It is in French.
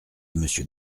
monsieur